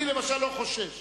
אני למשל לא חושש.